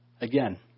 Again